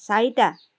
চাৰিটা